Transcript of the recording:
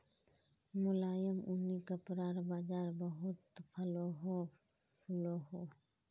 मुलायम ऊनि कपड़ार बाज़ार बहुत फलोहो फुलोहो